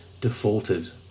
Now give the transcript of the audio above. defaulted